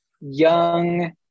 young